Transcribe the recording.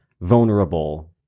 vulnerable